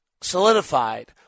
solidified